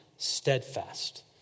Steadfast